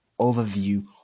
overview